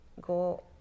go